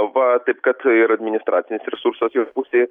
va taip kad ir administracinis resursas jo pusėj